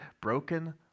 broken